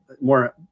more